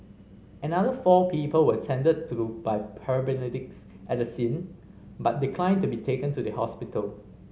another four people were attended to by paramedics at the scene but declined to be taken to the hospital